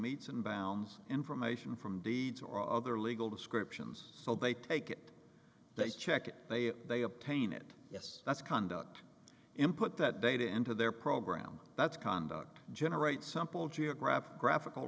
meets and bounds information from deeds or other legal descriptions so they take it they check it they they obtain it yes that's conduct him put that data into their program that's conduct generate some poll geographic graphic